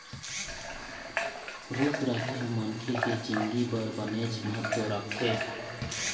रूख राई ह मनखे के जिनगी बर बनेच महत्ता राखथे